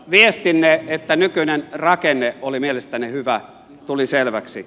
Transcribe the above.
viestinne että nykyinen rakenne oli mielestänne hyvä tuli selväksi